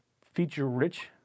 feature-rich